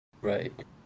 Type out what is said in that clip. right